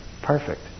Perfect